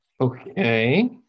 Okay